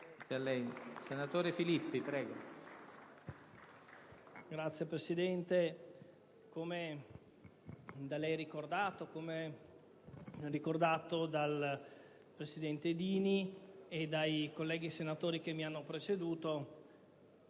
Signor Presidente, come da lei ricordato e come ricordato dal presidente Dini e dai colleghi senatori che mi hanno preceduto,